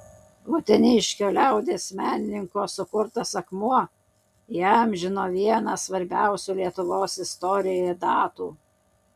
uteniškio liaudies menininko sukurtas akmuo įamžino vieną svarbiausių lietuvos istorijoje datų